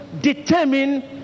determine